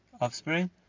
offspring